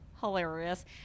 hilarious